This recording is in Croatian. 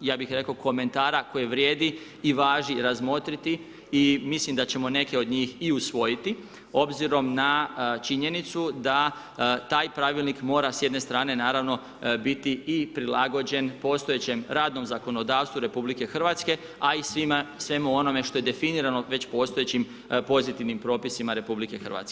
ja bi rekao komentara koje vrijedi i važi razmotriti i mislim da ćemo neke od njih i usvojiti, obzirom na činjenicu, da taj pravilnik mora s jedne strane naravno biti i prilagođen, postojećem radnom zakonodavstvu RH, a i svemu onome što je definirano, već postojećim pozitivnim propisima RH.